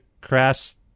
crass